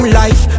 life